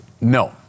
no